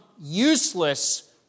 useless